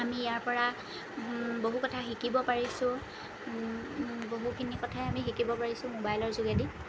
আমি ইয়াৰপৰা বহুত কথা শিকিব পাৰিছোঁ বহুখিনি কথাই আমি শিকিব পাৰিছোঁ মোবাইলৰ যোগেদি